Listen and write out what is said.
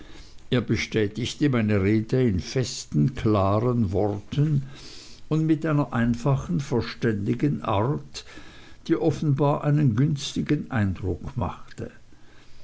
er bestätigte meine rede in festen klaren worten und mit einer einfachen verständigen art die offenbar einen günstigen eindruck machte